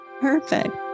Perfect